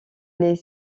les